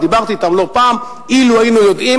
ודיברתי אתם לא פעם: אילו היינו יודעים,